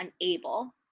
unable